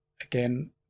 again